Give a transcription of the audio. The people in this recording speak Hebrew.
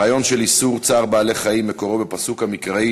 הרעיון של איסור צער בעלי-חיים מקורו בפסוק המקראי